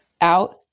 out